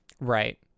Right